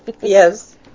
Yes